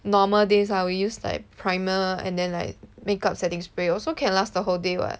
normal days ah we use like primer and then like makeup setting spray also can last the whole day what